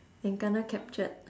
and kena captured